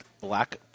Black